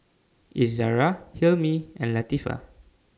Izzara Hilmi and Latifa